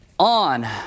On